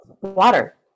water